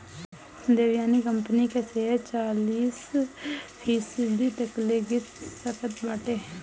Devyani company के share चालीस फीसदी तकले गिर सकत बाटे